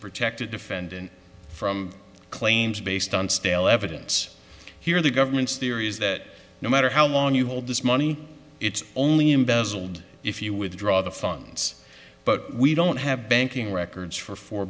protect a defendant from claims based on still evidence here the government's theory is that no matter how long you hold this money it's only embezzled if you withdraw the funds but we don't have banking records for for